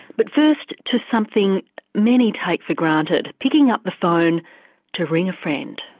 but first to something many take for granted picking up the phone to ring a friend.